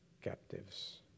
captives